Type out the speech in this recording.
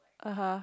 (uh huh)